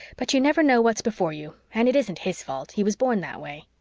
but you never know what's before you, and it isn't his fault. he was born that way.